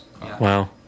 wow